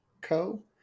co